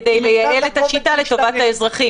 זה מייעל את השיטה לטובת האזרחים.